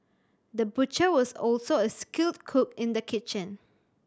the butcher was also a skilled cook in the kitchen